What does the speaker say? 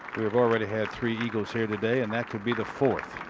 we've already had three eagles here today. and that could be the fourth.